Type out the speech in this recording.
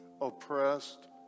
oppressed